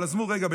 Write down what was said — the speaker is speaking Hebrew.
אבל עזבו רגע.